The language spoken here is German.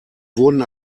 wurden